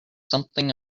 something